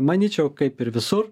manyčiau kaip ir visur